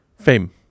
fame